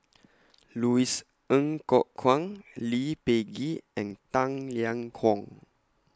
Louis Ng Kok Kwang Lee Peh Gee and Tang Liang Hong